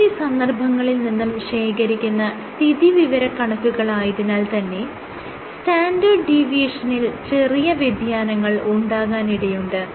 നിരവധി സന്ദർഭങ്ങളിൽ നിന്നും ശേഖരിക്കുന്ന സ്ഥിതിവിവരക്കണക്കുകൾ ആയതിനാൽ തന്നെ സ്റ്റാൻഡേർഡ് ഡീവിയേഷനിൽ ചെറിയ വ്യതിയാനങ്ങൾ ഉണ്ടാകാനിടയുണ്ട്